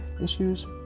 issues